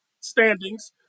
standings